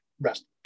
rest